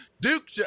Duke